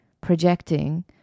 projecting